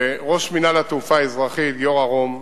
וראש מינהל התעופה האזרחי, גיורא רום,